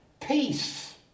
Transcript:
peace